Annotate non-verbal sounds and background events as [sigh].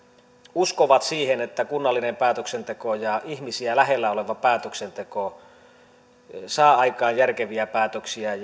uskovat siihen että kunnallinen päätöksenteko ja ihmisiä lähellä oleva päätöksenteko saa aikaan järkeviä päätöksiä [unintelligible]